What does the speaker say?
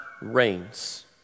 Reigns